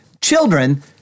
children